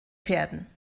pferden